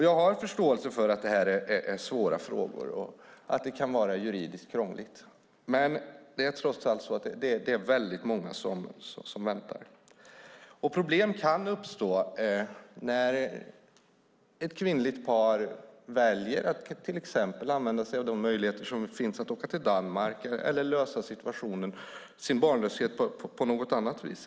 Jag har förståelse för att det här är svåra frågor och att det kan vara juridiskt krångligt, men det är trots allt många som väntar på besked. Problem kan uppstå när ett kvinnligt par väljer att till exempel använda sig av möjligheten som finns att åka till Danmark eller att lösa sin barnlöshet på något annat vis.